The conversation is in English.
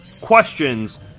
questions